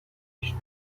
دادش